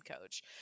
coach